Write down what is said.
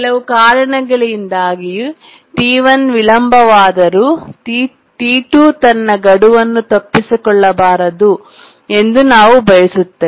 ಕೆಲವು ಕಾರಣಗಳಿಂದಾಗಿ T1 ವಿಳಂಬವಾದರೂ T2 ತನ್ನ ಗಡುವನ್ನು ತಪ್ಪಿಸಿಕೊಳ್ಳಬಾರದು ಎಂದು ನಾವು ಬಯಸುತ್ತೇವೆ